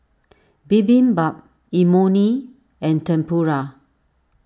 Bibimbap Imoni and Tempura